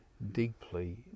deeply